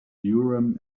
urim